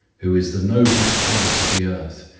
who is the noblest part of the earth,